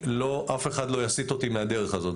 אף אחד לא יסית אותי מהדרך הזאת.